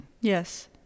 Yes